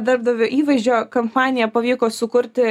darbdavio įvaizdžio kampaniją pavyko sukurti